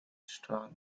strong